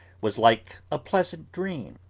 was like a pleasant dream,